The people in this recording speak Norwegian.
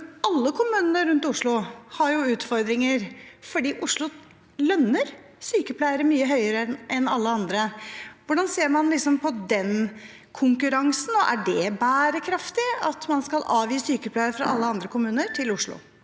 alle kommunene rundt Oslo har utfordringer fordi Oslo lønner sykepleiere mye høyere enn alle andre. Hvordan ser man på den konkurransen? Er det bærekraftig at man skal avgi sykepleiere fra alle andre kommuner til Oslo?